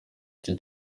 iki